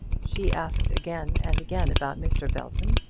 she asked again and again about mr. belton,